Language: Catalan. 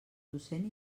docent